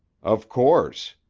of course.